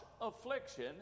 affliction